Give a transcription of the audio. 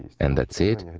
and that's it?